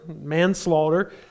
manslaughter